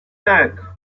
tak